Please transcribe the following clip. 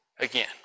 again